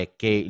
che